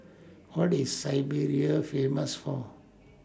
What IS Siberia Famous For